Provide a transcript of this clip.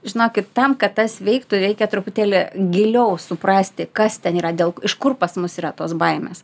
žinokit tam kad tas veiktų reikia truputėlį giliau suprasti kas ten yra dėl iš kur pas mus yra tos baimės